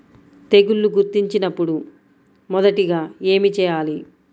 తెగుళ్లు గుర్తించినపుడు మొదటిగా ఏమి చేయాలి?